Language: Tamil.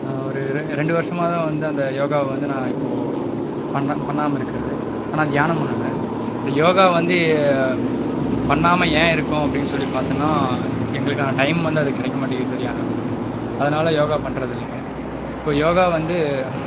ஒரு ரெ ரெண்டு வருடமா தான் வந்து அந்த யோகாவை வந்து நான் இப்போது பண்றேன் பண்ணாமல் இருக்கிறது ஆனால் தியானம் பண்ணுவேன் இந்த யோகா வந்து பண்ணாமல் ஏன் இருக்கோம் அப்படின் சொல்லி பாத்தோன்னா எங்களுக்கான டைம் வந்து அது கிடைக்க மாட்டேக்கிது சரியான அதனால யோகா பண்றது இல்லைங்க இப்போ யோகா வந்து